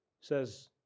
says